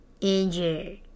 injured